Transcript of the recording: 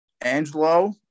Angelo